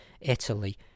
Italy